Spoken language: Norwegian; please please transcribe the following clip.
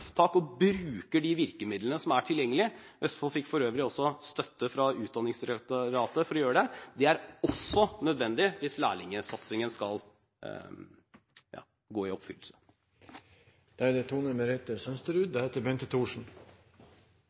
og bruker de virkemidlene som er tilgjengelige – Østfold fikk for øvrig støtte fra Utdanningsdirektoratet til å gjøre det – er nødvendig hvis lærlingsatsingen skal lykkes. Først: Takk til interpellanten for å reise denne viktige saken. Som det